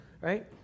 right